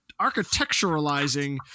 architecturalizing